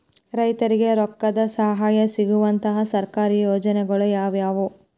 ರೈತರಿಗೆ ರೊಕ್ಕದ ಸಹಾಯ ಸಿಗುವಂತಹ ಸರ್ಕಾರಿ ಯೋಜನೆಗಳು ಯಾವುವು?